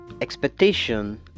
expectation